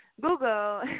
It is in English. Google